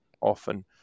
often